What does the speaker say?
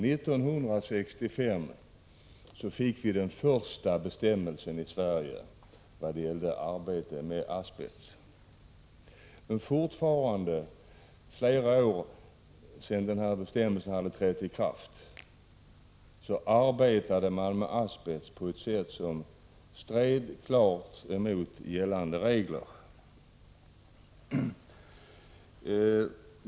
1965 fick vi den första bestämmelsen i Sverige i vad gäller arbete med asbest. Flera år efter det att denna bestämmelse hade trätt i kraft arbetade man med asbest på ett sätt som klart stred mot gällande regler.